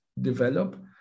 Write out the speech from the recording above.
develop